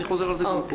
אני חוזר על זה גם פה.